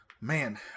Man